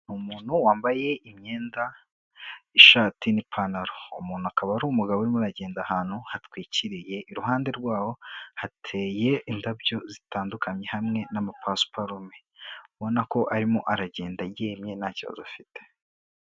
Umuntu wambaye imyenda, ishati n'ipantaro, uwo muntu akaba ari umugabo urimo uragenda ahantu hatwikiriye, iruhande rwawo hateye indabyo zitandukanye hamwe n'amapasiparume, ubona ko arimo aragenda yemye nta kibazo afite.